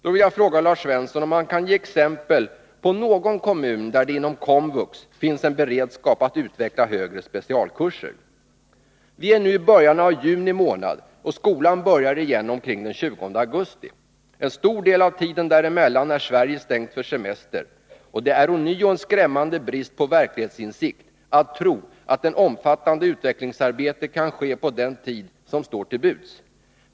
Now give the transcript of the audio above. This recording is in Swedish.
Då vill jag fråga Lars Svensson, om han kan ge exempel på någon kommun där det inom Komvux finns en beredskap att utveckla högre specialkurser. Vi är nu i början av juni månad, och skolan börjar igen omkring den 20 augusti. En stor del av tiden däremellan är Sverige stängt för semester, och det är ånyo en skrämmande brist på verklighetsinsikt, att tro att ett omfattande utvecklingsarbete kan ske på den tid som står till buds.